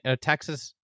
Texas